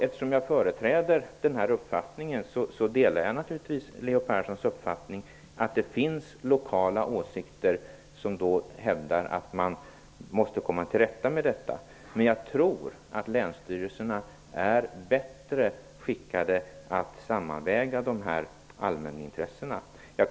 Eftersom jag företräder den uppfattningen, delar jag naturligtvis Leo Perssons uppfattning att det finns lokala åsikter om att man måste komma till rätta med detta. Jag tror dock att länsstyrelserna är bättre skickade att sammanväga allmänintressena.